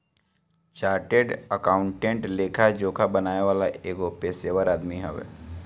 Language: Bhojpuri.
चार्टेड अकाउंटेंट लेखा जोखा बनावे वाला एगो पेशेवर आदमी हवे